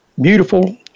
Beautiful